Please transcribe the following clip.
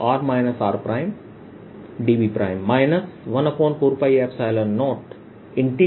dV 140Pr